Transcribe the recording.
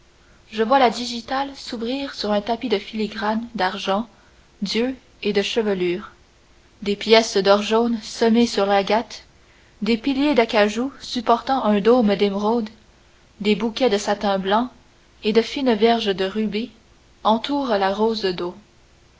je vois la digitale s'ouvrir sur un tapis de filigranes d'argent d'yeux et de chevelures des pièces d'or jaune semées sur l'agate des piliers d'acajou supportant un dôme d'émeraude des bouquets de satin blanc et de fines verges de rubis entourent la rose d'eau